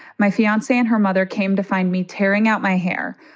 my fiance and her mother came to find me tearing out my hair.